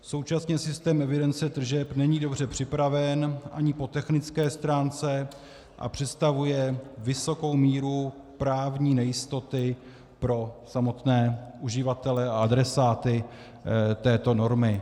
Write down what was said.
Současně systém evidence tržeb není dobře připraven ani po technické stránce a představuje vysokou míru právní nejistoty pro samotné uživatele a adresáty této normy.